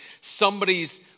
somebody's